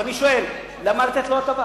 אבל אני שואל: למה לתת לו הטבה?